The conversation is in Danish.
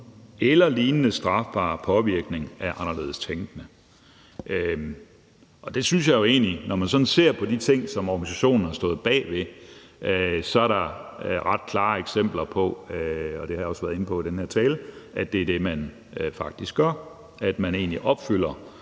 eller lignende strafbar påvirkning af anderledes tænkende. Når jeg ser på de ting, som organisationen har stået bag, synes jeg jo egentlig, at der erret klare eksempler på – det har jeg også været inde på i den her tale – at det er det, man faktisk gør. Man opfylder